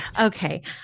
Okay